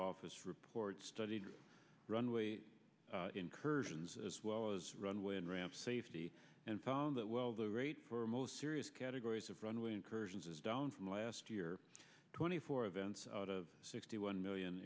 office report studied runway incursions as well as runway and ramp safety and found that while the rate for most serious categories of runway incursions is down from last year twenty four events out of sixty one million